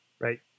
right